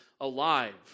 alive